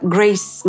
Grace